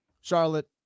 Charlotte